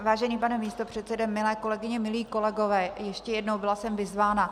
Vážený pane místopředsedo, milé kolegyně, milí kolegové, ještě jednou, byla jsem vyzvána.